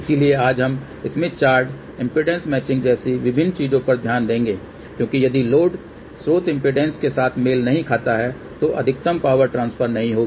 इसलिएआज हम Smith chart impedance matching जैसी विभिन्न चीजों पर ध्यान देंगे क्योंकि यदि लोड स्रोत इम्पीडेन्स के साथ मेल नहीं खाता है तो अधिकतम पावर ट्रान्सफर नहीं होगी